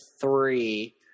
three